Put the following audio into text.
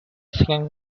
second